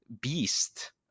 beast